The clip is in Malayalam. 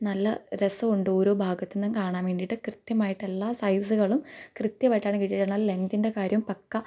നല്ല രസമുണ്ട് ഓരോ ഭാഗത്ത്ന്ന് കാണാൻ വേണ്ടിട്ട് കൃത്യമായിട്ട് എല്ലാ സൈസുകളും കൃത്യവായിട്ടാണ് കിട്ടിട്ടുള്ളത് ആ ലെങ്തിൻ്റെ കാര്യം പക്ക